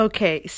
Okay